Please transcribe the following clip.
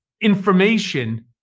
information